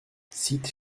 cite